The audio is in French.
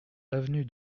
avenue